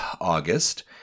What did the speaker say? august